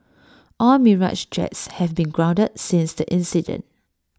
all Mirage jets have been grounded since the incident